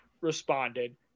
responded